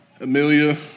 Amelia